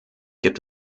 gibt